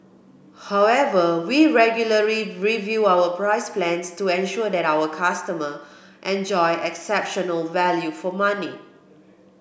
however we regularly review our price plans to ensure that our customer enjoy exceptional value for money